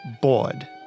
bored